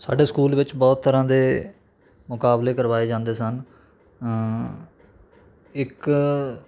ਸਾਡੇ ਸਕੂਲ ਵਿੱਚ ਬਹੁਤ ਤਰ੍ਹਾਂ ਦੇ ਮੁਕਾਬਲੇ ਕਰਵਾਏ ਜਾਂਦੇ ਸਨ ਇੱਕ